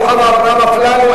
רוחמה אברהם-בלילא,